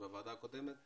עוד בוועדה הקודמת,